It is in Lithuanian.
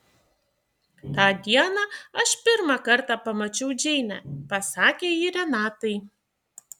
tą dieną aš pirmą kartą pamačiau džeinę pasakė ji renatai